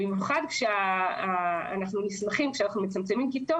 כשאנחנו מצמצמים כיתות,